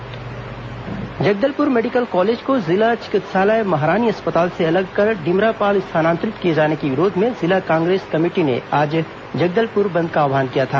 कांग्रेस बंद Jagdalpur medical college को जिला चिकित्सालय महारानी अस्पताल से अलग कर डिमरापाल स्थानांतरित किए जाने के विरोध में जिला कांग्रेस कमेटी ने आज जगदलपुर बंद का आव्हान किया था